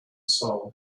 seoul